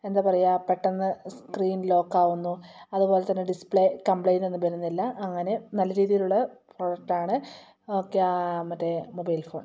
എന്താ പറയുക പെട്ടന്ന് സ്ക്രീൻ ലോക്ക് ആകുന്നു അതുപോലെത്തന്നെ ഡിസ്പ്ലേ കംപ്ലൈൻറ്റ് ഒന്നും വരുന്നില്ല അങ്ങനെ നല്ല രീതിയിലുള്ള പ്രോഡക്ടാണ് മറ്റേ മൊബൈൽ ഫോൺ